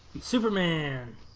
Superman